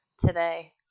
Today